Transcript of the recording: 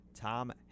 Tom